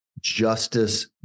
justice